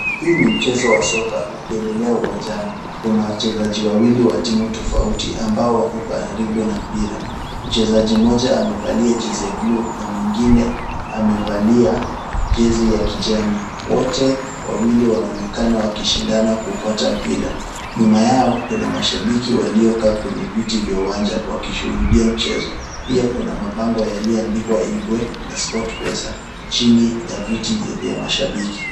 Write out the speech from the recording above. Hii ni mchezo wa soka ukiendelea uwanjani. Kuna wachezaji wawili wa timu tofauti ambao wako karibu na mpira. Mchezaji mmoja amevalia jezi ya bluu na mwingine amevalia jezi ya kijani. Wote wawili wanaonekana wakishindana kupata mpira. Nyuma yao kuna mashabiki waliokaa kwenye viti vya uwanja wakishuhudia mchezo. Pia kuna mabango yaliyoandikwa 'ingwe' na 'sportpesa' chini ya viti vya mashabiki.